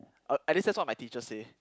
uh at least that's what my teacher say